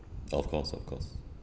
of course of course